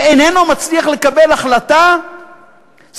איך הוא איננו מצליח לקבל החלטה סביב